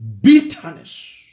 bitterness